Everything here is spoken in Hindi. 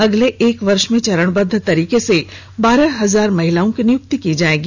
अगले एक वर्ष में चरणबद्व तरीके से बारह हजार महिलाओं की नियुक्ति की जाएगी